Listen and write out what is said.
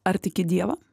ar tiki dievą